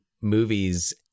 movies